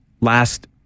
last